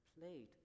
played